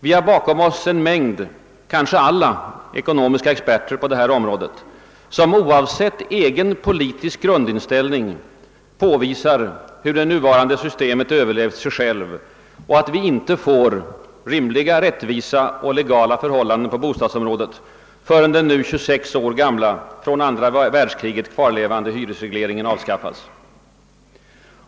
Vi har bakom oss en mängd — kanske alla — ekonomiska experter på detta område, vilka oavsett egen politisk grundinställning påvisar hur det nuvarande systemet överlevt sig självt. De har också påpekat att vi inte får rimliga, rättvisa och legala förhållanden på bostadsområdet, förrän den nu 26 år gamla, från andra världskriget kvarlevande, hyresregleringen avskaffas.